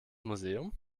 museum